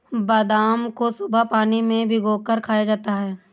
बादाम को सुबह पानी में भिगोकर खाया जाता है